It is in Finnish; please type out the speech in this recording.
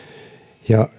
ja